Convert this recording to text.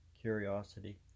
curiosity